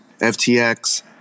ftx